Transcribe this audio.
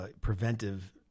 preventive